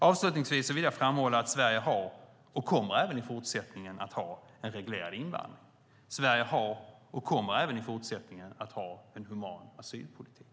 Avslutningsvis vill jag framhålla att Sverige har och även i fortsättningen kommer att ha en reglerad invandring. Sverige har och kommer även i fortsättningen att ha en human asylpolitik.